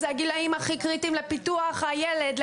זה הגילאים הכי קריטיים להתפתחות של הילד,